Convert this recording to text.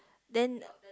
then